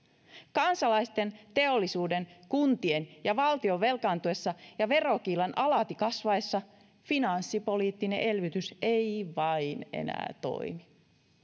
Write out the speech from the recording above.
kansalaisten teollisuuden kuntien ja valtion velkaantuessa ja verokiilan alati kasvaessa finanssipoliittinen elvytys ei vain enää toimi